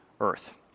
earth